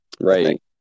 Right